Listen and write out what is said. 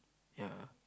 ya